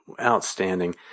outstanding